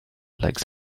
like